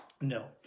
No